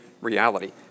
reality